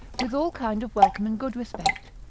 with all kind of welcome and good respect,